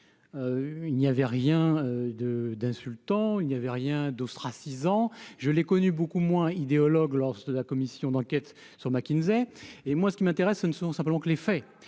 il n'y avait rien de d'insultant, il n'y avait rien d'ostracisant je l'ai connu beaucoup moins idéologue lorsque la commission d'enquête sur McKinsey et moi ce qui m'intéresse, ce ne sont simplement que les faits,